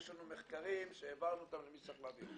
יש לנו מחקרים שהעברנו אותם למי שצריך להעביר.